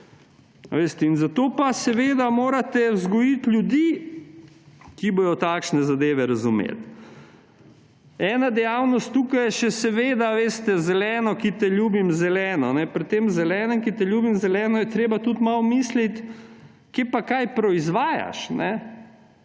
Zato pa seveda morate vzgojiti ljudi, ki bodo takšne zadeve razumeli. Ena dejavnost tukaj je še seveda Zeleno, ki te ljubim zeleno. Pri tem zelenem, ki te ljubim zeleno, je treba tudi malo misliti, kje pa kaj proizvajaš,